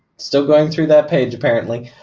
still going through that page apparently.